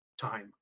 time